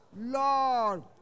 Lord